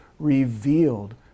revealed